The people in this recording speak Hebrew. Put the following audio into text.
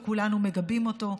וכולנו מגבים אותו.